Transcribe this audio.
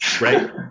right